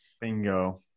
Bingo